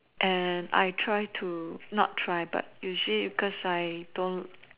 and I try to not try but usually because I don't